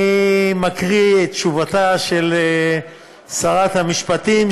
אני מקריא את תשובתה של שרת המשפטים,